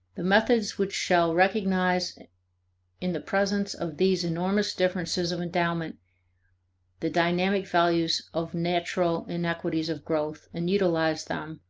the methods which shall recognize in the presence of these enormous differences of endowment the dynamic values of natural inequalities of growth, and utilize them,